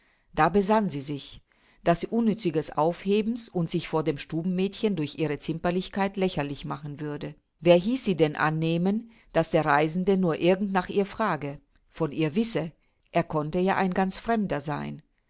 da besann sie sich daß sie unnützes aufhebens und sich vor den stubenmädchen durch ihre zimperlichkeit lächerlich machen würde wer hieß sie denn annehmen daß der reisende nur irgend nach ihr frage von ihr wisse er konnte ja ein ganz fremder sein